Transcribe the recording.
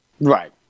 Right